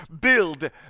build